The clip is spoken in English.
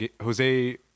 Jose